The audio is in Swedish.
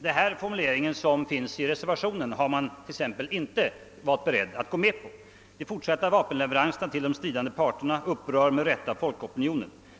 Den formulering som finns i reservationen har man t.ex. inte varit beredd att gå med på. Där sägs: »De fortsatta vapenleveranserna till de stridande parterna upprör med rätta folkopinionen.